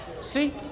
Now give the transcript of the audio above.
See